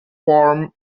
form